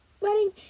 wedding